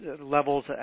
levels